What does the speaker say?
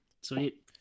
Sweet